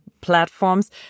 platforms